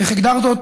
איך הגדרת אותו?